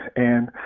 and